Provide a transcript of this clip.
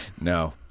No